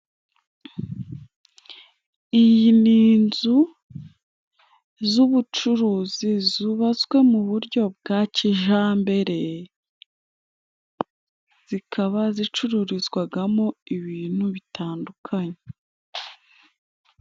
Iyi ni inzu z'ubucuruzi zubatswe mu buryo bwa kijambere. Zikaba zicururizwagamo ibintu bitandukanye.